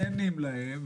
נהנים להם,